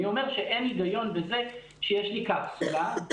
אני אומר שאין היגיון בזה שיש לי קפסולה,